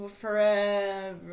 forever